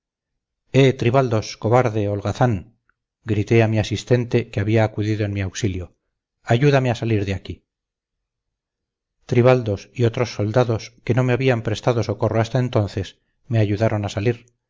tribaldos cobarde holgazán grité a mi asistente que había acudido en mi auxilio ayúdame a salir de aquí tribaldos y otros soldados que no me habían prestado socorro hasta entonces me ayudaron a salir